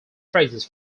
phrases